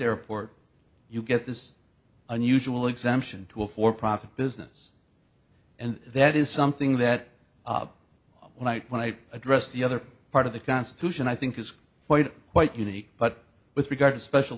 airport you get this unusual exemption to a for profit business and that is something that one night when i addressed the other part of the constitution i think it's quite quite unique but with regard to special